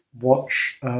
watch